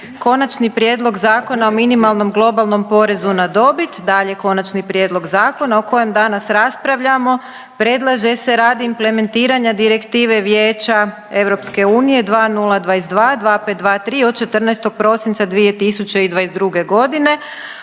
Konačni prijedlog zakona o minimalnom globalnom porezu na dobit, dalje, Konačni prijedlog zakona o kojem danas raspravljamo, predlaže se radi implementiranja Direktive Vijeća EU 2022/2523 od 14. prosinca 2022. o